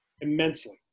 immensely